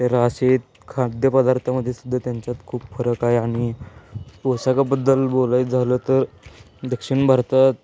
तर अशात खाद्यपदार्थामध्येसुद्धा त्यांच्यात खूप फरक आहे आणि पोशाखाबद्दल बोलायचं झालं तर दक्षिण भारतात